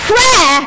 Prayer